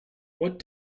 what